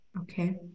Okay